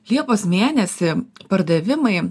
liepos mėnesį pardavimai